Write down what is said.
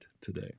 today